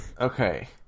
Okay